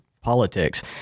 politics